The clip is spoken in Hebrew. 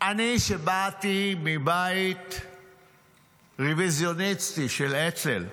שבאתי מבית רביזיוניסטי של אצ"ל,